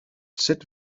sut